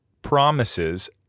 promises